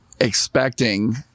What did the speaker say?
expecting